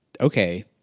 okay